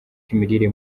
cy’imirire